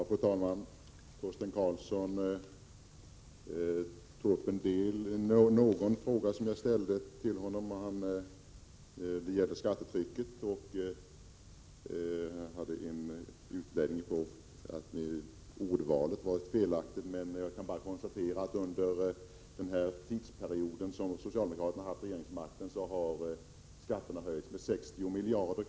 Fru talman! Torsten Karlsson tog upp en av de frågor jag ställde till honom, nämligen när det gäller skattetrycket. Han hade en utläggning om att mitt ordval var felaktigt. Jag kan bara konstatera att under den tid som socialdemokraterna haft regeringsmakten har skatterna höjts med 60 miljarder.